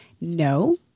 no